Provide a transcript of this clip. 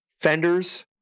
fenders